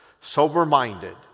sober-minded